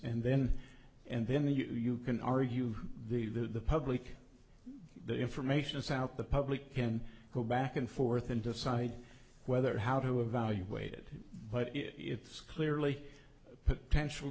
and then and then you can argue the public the information is out the public can go back and forth and decide whether how to evaluate it but it's clearly potential